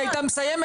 היא הייתה מסיימת,